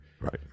Right